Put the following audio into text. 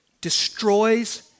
destroys